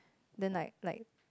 then like like